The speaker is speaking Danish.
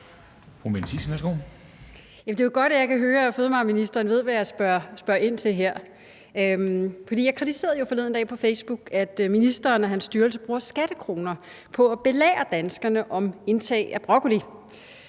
Mette Thiesen (NB): Det er jo godt, at jeg kan høre, at fødevareministeren ved, hvad jeg spørger ind til her. Jeg kritiserede forleden på Facebook, at ministeren og hans styrelse bruger skattekroner på at belære danskerne om indtag af broccoli.